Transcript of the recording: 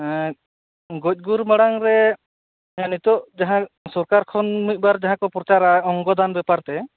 ᱜᱚᱡ ᱜᱩᱨ ᱢᱟᱲᱟᱝ ᱨᱮ ᱡᱟᱦᱟ ᱱᱤᱛᱚᱜ ᱡᱟᱦᱟᱸ ᱥᱚᱨᱠᱟᱨ ᱠᱷᱚᱱ ᱢᱤᱫᱵᱟᱨ ᱡᱟᱦᱟᱠᱚ ᱯᱨᱚᱪᱟᱨᱟ ᱚᱝᱜᱚ ᱫᱟᱱ ᱵᱟᱯᱟᱨᱛᱮ